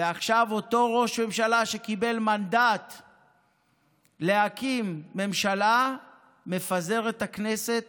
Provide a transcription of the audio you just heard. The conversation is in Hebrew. ועכשיו אותו ראש ממשלה שקיבל מנדט להקים ממשלה מפזר את הכנסת